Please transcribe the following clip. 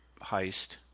heist